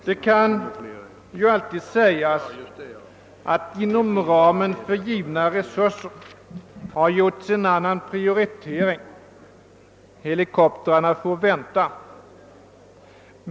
Det kan ju alltid sägas att det inom ramen för givna resurser har gjorts en annan prioritering: helikoptrarna får vänta.